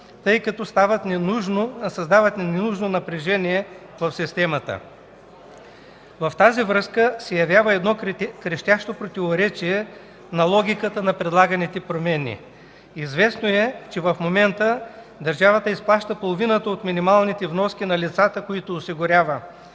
тъй като създават ненужно напрежение в системата. Във връзка с това се явява крещящо противоречие в логиката на предлаганите промени. Известно е, че в момента държавата изплаща половината от минималните вноски на лицата, които осигурява.